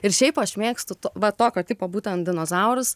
ir šiaip aš mėgstu va tokio tipo būtent dinozaurus